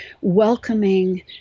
welcoming